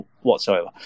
whatsoever